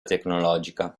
tecnologica